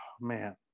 man